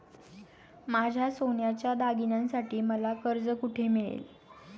माझ्या सोन्याच्या दागिन्यांसाठी मला कर्ज कुठे मिळेल?